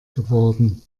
geworden